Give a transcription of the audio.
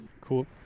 cool